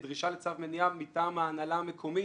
דרישה לצו מניעה מטעם ההנהלה המקומית.